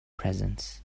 presence